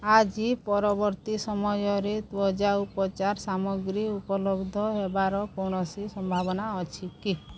ଆଜି ପରବର୍ତ୍ତୀ ସମୟରେ ତ୍ଵଚା ଉପଚାର ସାମଗ୍ରୀ ଉପଲବ୍ଧ ହେବାର କୌଣସି ସମ୍ଭାବନା ଅଛି କି